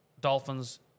Dolphins